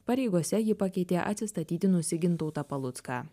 pareigose ji pakeitė atsistatydinusį gintautą palucką